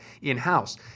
in-house